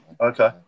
Okay